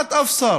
כמעט אף שר.